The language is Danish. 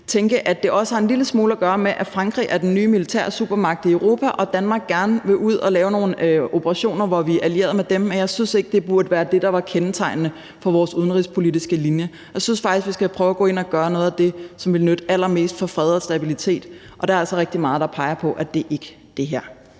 at det også har en lille smule at gøre med, at Frankrig er den nye militære supermagt i Europa, og at Danmark gerne vil ud at lave nogle operationer, hvor vi er allieret med dem. Men jeg synes ikke, det burde være det, der var kendetegnende for vores udenrigspolitiske linje. Jeg synes faktisk, vi skulle prøve at gå ind og gøre noget af det, som ville nytte allermest i forhold til fred og stabilitet, og der er altså rigtig meget, der peger på, at det ikke er det her.